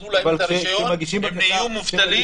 שפסלו להם את הרישיון הם הפכו מובטלים.